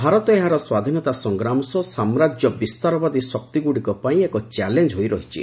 ଭାରତ ଏହାର ସ୍ୱାଧୀନତା ସଂଗ୍ରାମ ସହ ସାମ୍ରାଜ୍ୟ ବିସ୍ତାରବାଦୀ ଶକ୍ତିଗୁଡ଼ିକ ପାଇଁ ଏକ ଚ୍ୟାଲେଞ୍ଜ ହୋଇ ରହିଛି